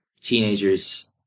teenagers